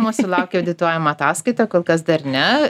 mūsų laukia audituojama ataskaita kol kas dar ne